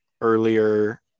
earlier